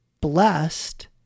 blessed